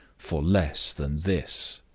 for less than this